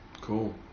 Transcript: Cool